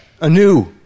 anew